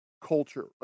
culture